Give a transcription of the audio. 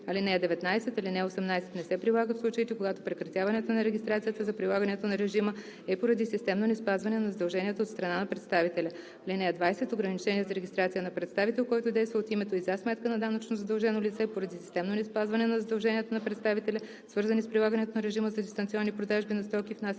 в Съюза. (19) Алинея 18 не се прилага в случаите, когато прекратяването на регистрацията за прилагането на режима е поради системно неспазване на задълженията от страна на представителя. (20) Ограничение за регистрация на представител, който действа от името и за сметка на данъчно задължено лице, поради системно неспазване на задълженията на представителя, свързани с прилагането на режима за дистанционни продажби на стоки, внасяни